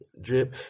drip